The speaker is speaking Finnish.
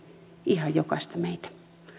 ihan jokaista meistä